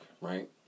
right